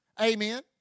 Amen